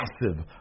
massive